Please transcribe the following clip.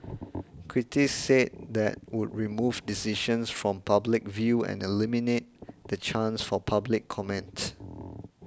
critics said that would remove decisions from public view and eliminate the chance for public comment